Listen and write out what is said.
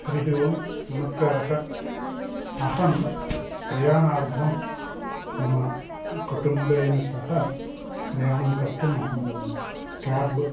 हरिः ओं नमस्कारः अहं प्रयाणार्थं मम कुटुम्बेन सह प्रयाणं कर्तुम् अहं क्याब्